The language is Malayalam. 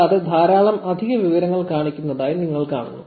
കൂടാതെ ധാരാളം അധിക വിവരങ്ങൾ കാണിക്കുന്നതായി നിങ്ങൾ കാണുന്നു